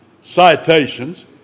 citations